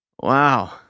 Wow